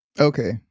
Okay